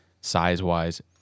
size-wise